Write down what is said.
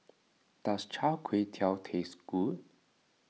does Char Kway Teow taste good